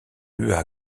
hua